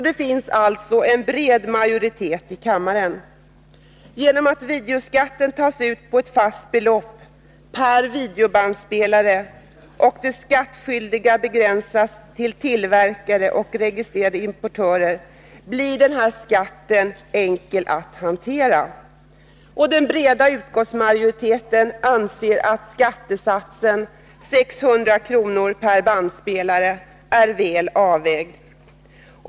Det finns alltså en bred majoritet i kammaren. Genom att videoskatten tas ut med ett fast belopp per videobandspelare och de skattskyldiga begränsas till tillverkare och registrerade importörer blir 191 den nya skatten enkel att hantera. Den breda utskottsmajoriteten anser att skattesatsen, 600 kr. per bandspelare, är väl avvägd.